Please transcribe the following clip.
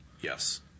Yes